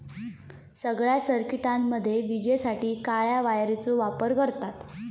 सगळ्या सर्किटामध्ये विजेसाठी काळ्या वायरचो वापर करतत